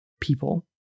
people